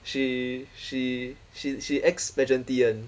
she she she she ex pageantee [one]